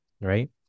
right